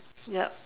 yup